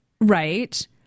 Right